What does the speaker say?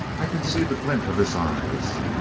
i can see the glint of his eyes.